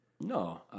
No